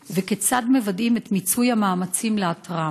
2. כיצד מוודאים את מיצוי המאמצים לאתרם?